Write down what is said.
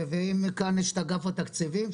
אם כאן יש את אגף התקציבים,